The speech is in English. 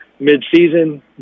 midseason